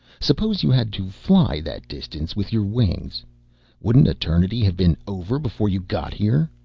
suppose you had to fly that distance with your wings wouldn't eternity have been over before you got here?